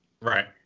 Right